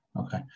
Okay